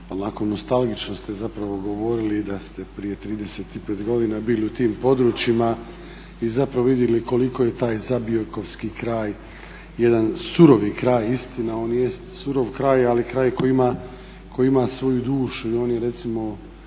On jest surov kraj, ali kraj koji ima svoju dušu i on je recimo